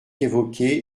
évoquer